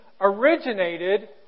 originated